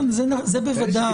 בוודאי.